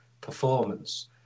performance